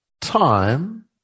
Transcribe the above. time